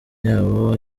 yabo